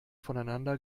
voneinander